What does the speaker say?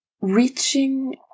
reaching